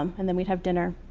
um and then we'd have dinner.